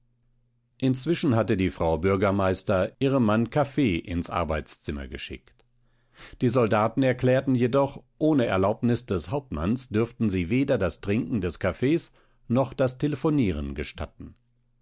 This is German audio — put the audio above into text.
inzwischen hatte die frau bürgermeister ihrem mann kaffee ins arbeitszimmer geschickt die soldaten erklärten jedoch ohne erlaubnis des hauptmanns dürften sie weder das trinken des kaffees noch das telephonieren gestatten